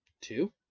Two